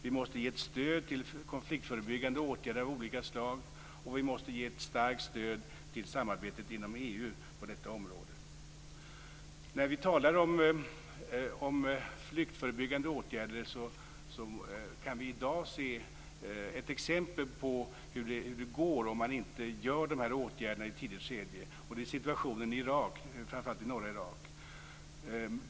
Vi måste ge ett stöd till konfliktförebyggande åtgärder av olika slag, och vi måste ge ett starkt stöd till samarbetet inom EU på detta område. Vi kan i dag se exempel på hur det går om man inte vidtar flyktförebyggande åtgärder i ett tidigt skede. Det gäller situationen i framför allt norra Irak.